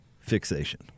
fixation